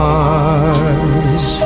Mars